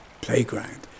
playground